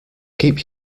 keep